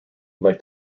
like